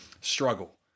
struggle